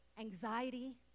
Anxiety